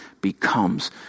becomes